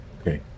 Okay